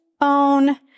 own